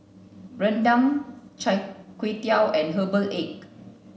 Rendang Chai Tow Kway and Herbal egg